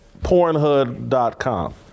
Pornhood.com